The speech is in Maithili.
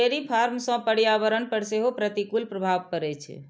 डेयरी फार्म सं पर्यावरण पर सेहो प्रतिकूल प्रभाव पड़ै छै